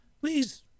please